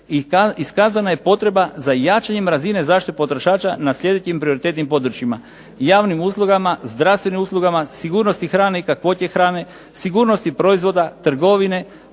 iskazana je potreba za jačanjem razine zaštite potrošača na sljedećim prioritetnim područjima: javnim uslugama, zdravstvenim uslugama, sigurnosti hrane i kakvoće hrane, sigurnosti proizvoda, trgovine,